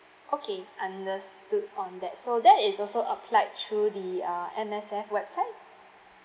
okay understood on that so that is also applied through the uh M_S_F website